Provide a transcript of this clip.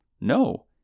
No